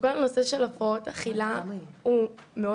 חושבת שכל הנושא של הפרעות אכילה הוא נושא